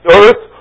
earth